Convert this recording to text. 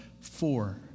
Four